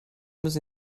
müssen